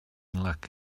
luck